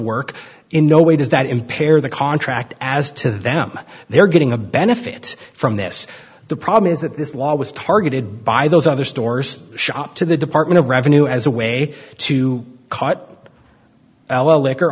work in no way does that impair the contract as to them they're getting a benefit from this the problem is that this law was targeted by those other stores shop to the department of revenue as a way to cut well liquor